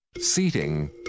Seating